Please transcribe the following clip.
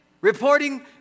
reporting